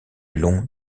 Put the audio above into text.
long